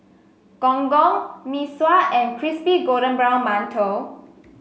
Gong Gong Mee Sua and Crispy Golden Brown Mantou